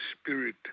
spirit